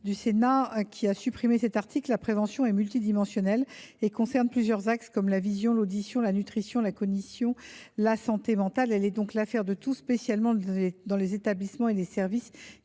du Sénat, qui a supprimé cet article, la prévention est multidimensionnelle : elle concerne à la fois la vision, l’audition, la nutrition, la cognition et la santé mentale ; par conséquent, elle est l’affaire de tous, spécialement dans les établissements et les services